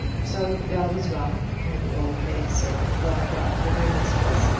so the bell was rung, and the old maid-servant walked off with her mistress,